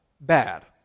bad